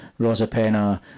Rosapena